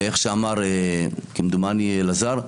ואיך שאמר כמדומני אלעזר,